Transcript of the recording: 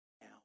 now